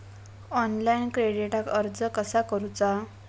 Online क्रेडिटाक अर्ज कसा करुचा?